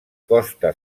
costa